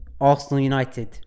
Arsenal-United